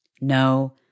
No